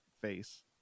face